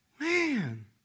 man